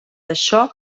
això